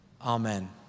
Amen